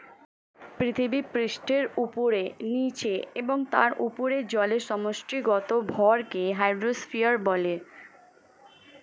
পৃথিবীপৃষ্ঠের উপরে, নীচে এবং তার উপরে জলের সমষ্টিগত ভরকে হাইড্রোস্ফিয়ার বলে